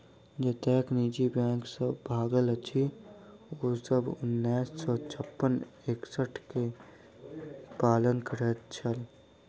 जतेक निजी बैंक सब भागल अछि, ओ सब उन्नैस सौ छप्पन एक्ट के पालन करैत छल